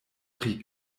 pri